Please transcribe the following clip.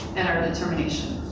and our determination.